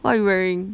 what are you wearing